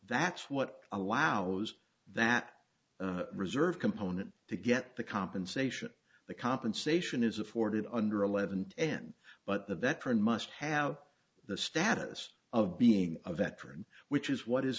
that's what allows that reserve component to get the compensation the compensation is afforded under eleven ten but the veteran must have the status of being a veteran which is what is